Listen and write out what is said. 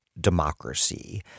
democracy